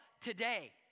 today